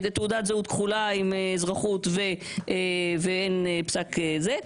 תעודת זהות כחולה עם אזרחות ואין פסק זה?